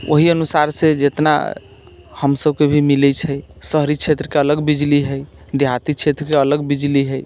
ओहि अनुसार से जितना हम सभके भी मिलै छै शहरी क्षेत्रके अलग बिजली हइ देहाती क्षेत्रके अलग बिजली हइ